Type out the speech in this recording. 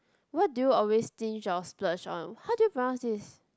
what do you always stinge or splurge on how do you pronounce this